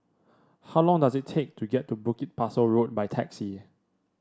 how long does it take to get to Bukit Pasoh Road by taxi